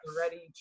ready